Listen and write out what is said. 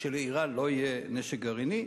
שלאירן לא יהיה נשק גרעיני,